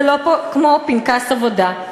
זה לא כמו פנקס עבודה.